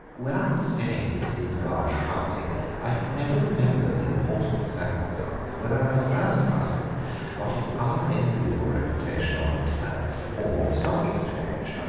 when i'm staying with hildegarde shrubley i can never remember the important circumstance whether her first husband got his unenviable reputation on the turf or the stock exchange,